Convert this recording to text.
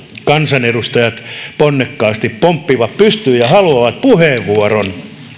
kansanedustajat ponnekkaasti pomppivat pystyyn ja haluavat puheenvuoron